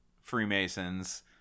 Freemasons